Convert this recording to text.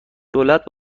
دولت